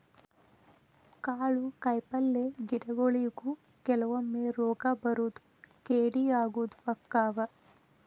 ಕಾಳು ಕಾಯಿಪಲ್ಲೆ ಗಿಡಗೊಳಿಗು ಕೆಲವೊಮ್ಮೆ ರೋಗಾ ಬರುದು ಕೇಡಿ ಆಗುದು ಅಕ್ಕಾವ